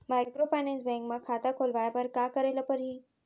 Microfinance bank म खाता खोलवाय बर का करे ल परही?